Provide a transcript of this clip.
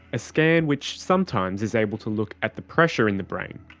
a scan which sometimes is able to look at the pressure in the brain.